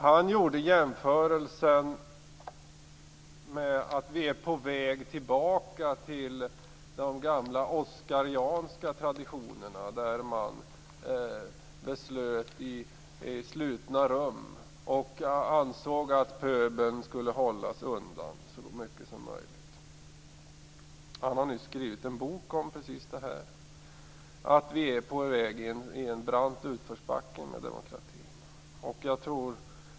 Han gjorde jämförelsen att vi är på väg tillbaka till de gamla oskarianska traditionerna där man fattade beslut i slutna rum och ansåg att pöbeln skulle hållas undan så mycket som möjligt. Han har nyss skrivit en bok om precis detta att vi är på väg i brant utförsbacke med demokratin.